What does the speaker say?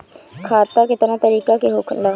खाता केतना तरीका के होला?